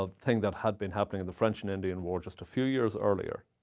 ah thing that had been happening in the french and indian war just a few years earlier.